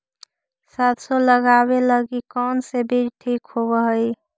सरसों लगावे लगी कौन से बीज ठीक होव हई?